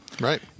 Right